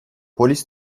polis